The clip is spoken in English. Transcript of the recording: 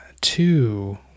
two